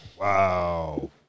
Wow